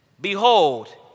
behold